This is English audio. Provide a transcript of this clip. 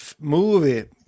movie